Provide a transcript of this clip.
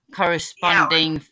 corresponding